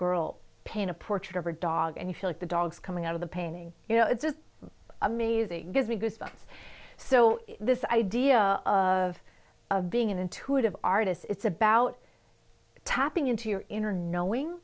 girl paint a portrait of her dog and you feel like the dog's coming out of the painting you know it's amazing because the good stuff so this idea of being an intuitive artist it's about tapping into your inner knowing